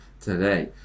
today